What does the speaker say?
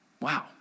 Wow